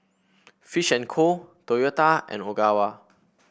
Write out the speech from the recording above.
Fish and Co Toyota and Ogawa